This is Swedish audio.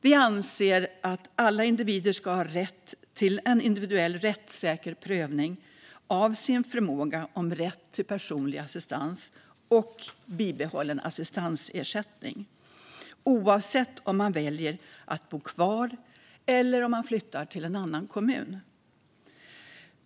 Vi anser att alla individer ska ha rätt till en individuell, rättssäker prövning av sin förfrågan om rätt till personlig assistans och bibehållen assistansersättning, oavsett om man väljer att bo kvar eller flyttar till en annan kommun.